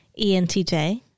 ENTJ